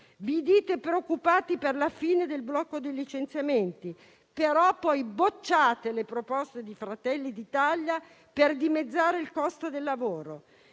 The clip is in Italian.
Vi dite preoccupati per la fine del blocco dei licenziamenti, però poi bocciate le proposte di Fratelli d'Italia per dimezzare il costo del lavoro.